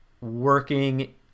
working